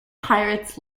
pirates